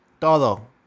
todo